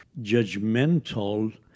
judgmental